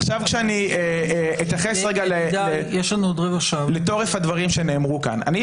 עכשיו אני אתייחס לדברים שנאמרו כאן: אני,